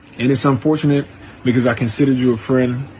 and it's unfortunate because i considered you a friend.